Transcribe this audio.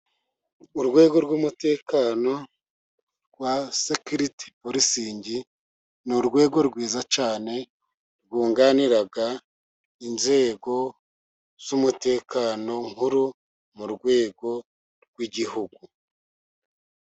Urwego rw'umutekano rwa sekiriti porisingi, ni urwego rwiza cyane rwunganira inzego z'umutekano nkuru, mu rwego rw'Igihugu.